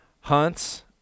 hunts